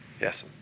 Yes